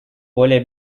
более